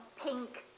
pink